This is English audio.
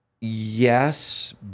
Yes